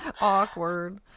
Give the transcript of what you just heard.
Awkward